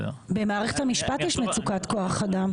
במערכת המשפט יש מצוקת כוח אדם.